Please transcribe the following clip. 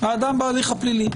האדם בהליך הפלילי.